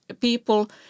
people